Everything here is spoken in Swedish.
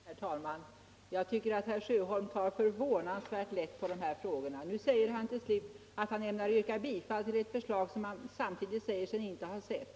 Herr talman! Jag tycker att herr Sjöholm tar förvånansvärt lätt på de här frågorna. Nu säger han till slut att han ämnar yrka bifall till ett förslag som han samtidigt säger sig inte ha sett.